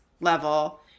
level